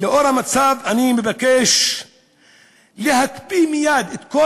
לאור המצב אני מבקש להקפיא מייד את כל